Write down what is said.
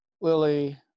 Lily